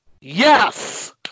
Yes